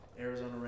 Arizona